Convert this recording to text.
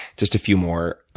just a few more.